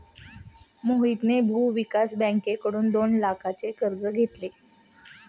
मोहितने भूविकास बँकेकडून दोन लाखांचे कर्ज घेतले